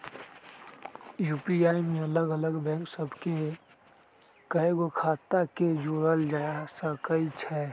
UPI में अलग अलग बैंक सभ के कएगो खता के जोड़ल जा सकइ छै